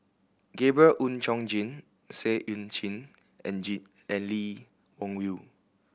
Gabriel Oon Chong Jin Seah Eu Chin and and Lee Wung Yew